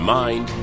mind